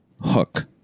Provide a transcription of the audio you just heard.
Hook